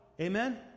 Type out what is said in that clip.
Amen